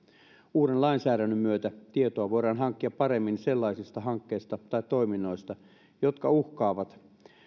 uuden lainsäädännön myötä tietoa voidaan hankkia paremmin sellaisista hankkeista tai toiminnoista jotka uhkaavat